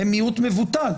הם מיעוט מבוטל,